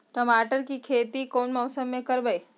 टमाटर की खेती कौन मौसम में करवाई?